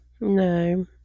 no